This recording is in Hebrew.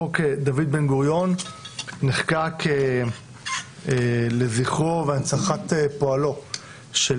חוק דוד בן-גוריון נחקק לזכרו והנצחת פועלו של